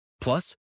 Plus